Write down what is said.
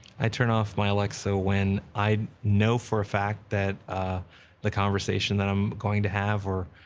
i turn off my alexa when i know for a fact that the conversation that i am going to have, or,